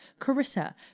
Carissa